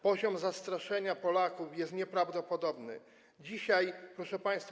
Poziom zastraszenia Polaków jest nieprawdopodobny dzisiaj, proszę państwa.